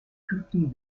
küken